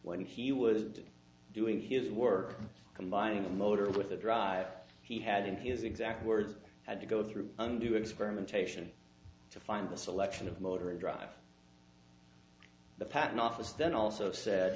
when he was doing his work combining the motor with the drive he had in his exact words had to go through undo experimentation to find the selection of motor and drive the patent office then also said